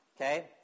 okay